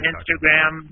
Instagram